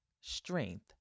strength